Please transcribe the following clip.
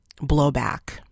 blowback